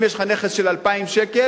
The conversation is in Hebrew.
אם יש לך נכס של 2,000 שקל,